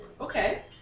Okay